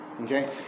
okay